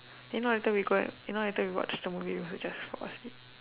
then not later we go and if not later we watch the movie we also just fall asleep